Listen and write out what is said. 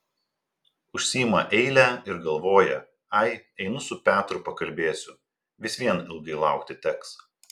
užsiima eilę ir galvoja ai einu su petru pakalbėsiu vis vien ilgai laukti teks